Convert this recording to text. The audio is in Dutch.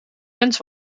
wens